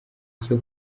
cyo